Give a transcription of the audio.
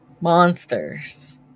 monsters